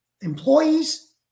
employees